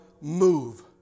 move